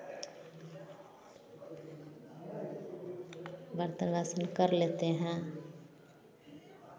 बर्तन बासन कर लेते हैं